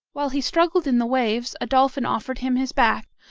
while he struggled in the waves, a dolphin offered him his back,